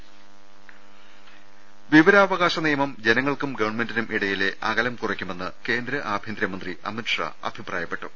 രുട്ട്ട്ട്ട്ട്ട്ട്ട വിവരാവകാശ നിയമം ജനങ്ങൾക്കും ഗവൺമെന്റിനും ഇടയിലെ അക ലം കുറക്കുമെന്ന് കേന്ദ്ര ആഭ്യന്തരമന്ത്രി അമിത്ഷാ അഭിപ്രായപ്പെട്ടു